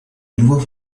nouveau